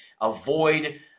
Avoid